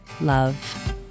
love